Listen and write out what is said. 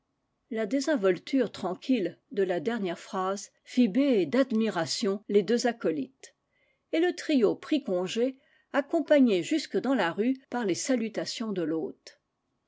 la désinvolture tranquille de la dernière phrase fit béer d'admiration les deux acolytes et le trio prit congé accompagné jusque dans la rue par les salutations de